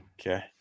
Okay